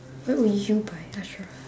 what will you buy ashra